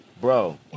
bro